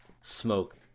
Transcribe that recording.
smoke